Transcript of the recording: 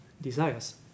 desires